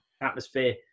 atmosphere